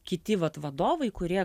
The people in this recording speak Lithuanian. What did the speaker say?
kiti vat vadovai kurie